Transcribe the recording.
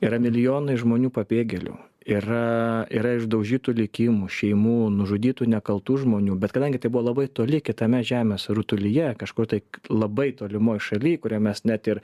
yra milijonai žmonių pabėgėlių yra yra išdaužytų likimų šeimų nužudytų nekaltų žmonių bet kadangi tai buvo labai toli kitame žemės rutulyje kažkur tai labai tolimoj šaly kurią mes net ir